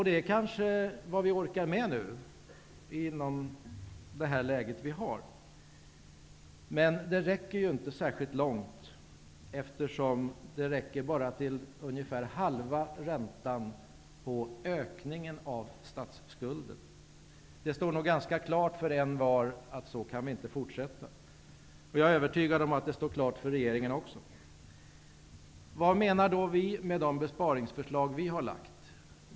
Det är kanske vad vi orkar med nu, men det räcker inte särskilt långt. Det räcker bara till ungefär halva räntan på ökningen av statsskulden. Det står nog ganska klart för envar att så kan vi inte fortsätta. Jag är övertygad om att det står klart för regeringen också. Vad menar då vi med de besparingsförslag vi har lagt?